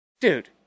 Dude